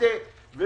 כולנו נבוא לכאן.